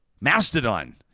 Mastodon